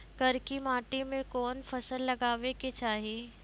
करकी माटी मे कोन फ़सल लगाबै के चाही?